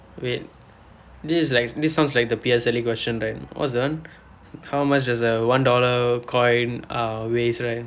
wait this is like this sounds like the P_S_L_E question right what is that one how much does a one dollar coin uh weighs right